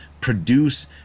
produce